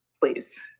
please